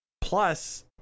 plus